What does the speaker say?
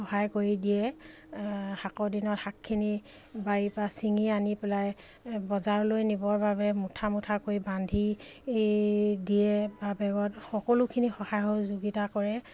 সহায় কৰি দিয়ে শাকৰ দিনত শাকখিনি বাৰীৰপৰা চিঙি আনি পেলাই বজাৰলৈ নিবৰ বাবে মুঠা মুঠা কৰি বান্ধি দিয়ে বেগত সকলোখিনি সহায় সহযোগিতা কৰে